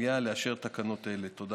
אבל ללא אישור המליאה לתקנות אלה תתבטל